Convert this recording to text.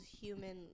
human